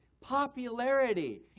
popularity